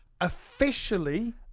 Officially